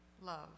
love